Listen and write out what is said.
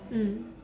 mm